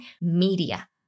media